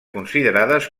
considerades